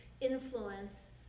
influence